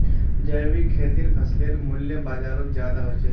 जैविक खेतीर फसलेर मूल्य बजारोत ज्यादा होचे